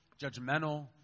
judgmental